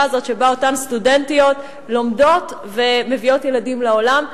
הזאת שבה אותן סטודנטיות לומדות ומביאות ילדים לעולם,